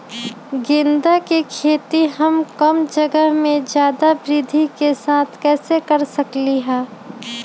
गेंदा के खेती हम कम जगह में ज्यादा वृद्धि के साथ कैसे कर सकली ह?